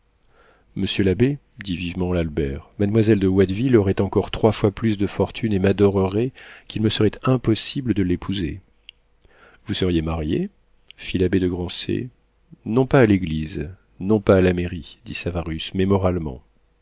monsieur l'abbé dit vivement albert mademoiselle de watteville aurait encore trois fois plus de fortune et m'adorerait qu'il me serait impossible de l'épouser vous seriez marié fit l'abbé de grancey non pas à l'église non pas à la mairie dit savarus mais moralement